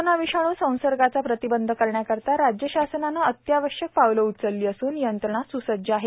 corona विषाणू संसर्गाचा प्रतिबंध करण्याकरिता राज्य शासनाने अत्यावश्यक पावले उचलली असून यंत्रणा स्सज्ज आहे